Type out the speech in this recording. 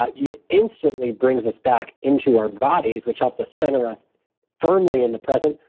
ah yeah it instantly brings us back into our bodies, which helps us center us firmly in the present,